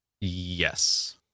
Yes